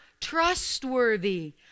trustworthy